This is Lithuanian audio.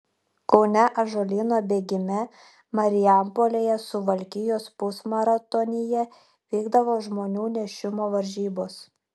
kaune ąžuolyno bėgime marijampolėje suvalkijos pusmaratonyje vykdavo žmonų nešimo varžybos